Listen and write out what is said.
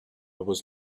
was